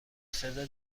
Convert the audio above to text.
صدا